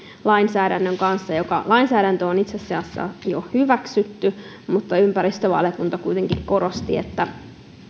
lainsäädännön kanssa lainsäädäntö on itse asiassa jo hyväksytty mutta ympäristövaliokunta kuitenkin korosti että